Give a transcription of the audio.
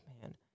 man